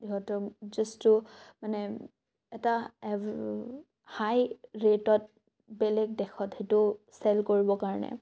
ইহঁতক just to মানে এটা এভ হাই ৰেটত বেলেগ দেশত সেইটো চেল কৰিব কাৰণে